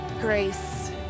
grace